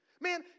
Man